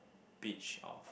beach of